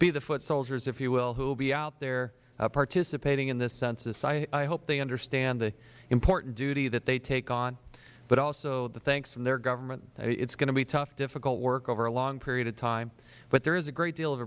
be the foot soldiers if you will who will be out there participating in this census i hope they understand the important duty they take on but also the thanks from their government it is going to be tough difficult work over a long period of time but there is a great deal of